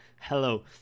hello